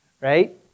Right